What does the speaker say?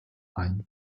ein